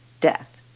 death